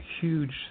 huge